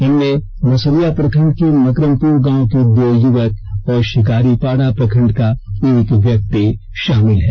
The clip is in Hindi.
इनमें मसलिया प्रखंड के मकरमपुर गांव के दो युवक और षिकारीपाड़ा प्रखंड का एक व्यक्ति शामिल है